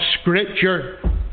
scripture